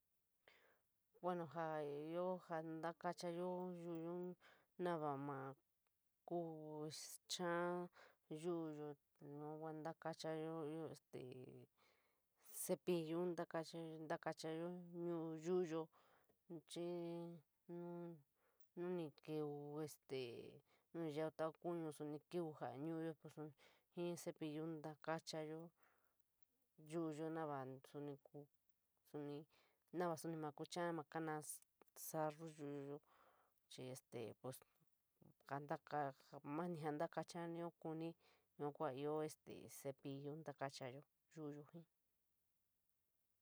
Bueno, ja ioo ja ntakachayo yu'uyoo nava maa koo cha'a yu'yo, yua ntacachayo ji cepillu ntakacha, takachayo yu'u yuyo xii nu nio kɨvɨ, te yeo tau kuñu suni nu kɨvɨ ja'a nu'uyo jii cepillun takachayo yu'uyo nava suni maa ku cha'a, maa kana sarru yu'yo chii este pos ja'anta kachi, mani jaa ntakachayo kuni yua kua ioo cepillu ntakayo yu'yo jii.